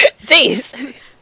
jeez